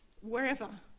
wherever